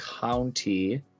County